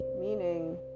meaning